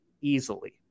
easily